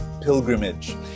pilgrimage